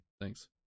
Thanks